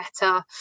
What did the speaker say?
better